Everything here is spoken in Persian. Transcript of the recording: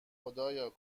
خدایا